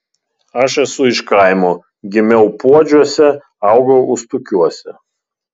aš esu iš kaimo gimiau puodžiuose augau ustukiuose